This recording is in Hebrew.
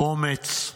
אומץ,